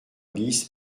bis